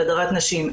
של הדרת נשים,